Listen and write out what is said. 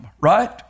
right